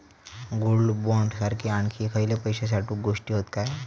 Gold bond सारखे आणखी खयले पैशे साठवूचे गोष्टी हत काय?